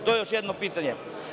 To je još jedno pitanje.